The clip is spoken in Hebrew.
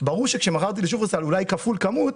ברור שכאשר מכרתי לשופרסל אולי כפול כמות,